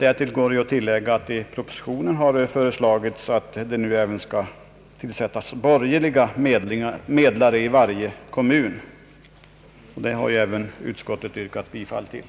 Vidare har i propositionen föreslagits tillsättande av borgerliga medlare i varje kommun, och detta har även utskottet yrkat bifall till.